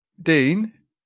Dean